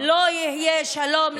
לא יהיה שלום,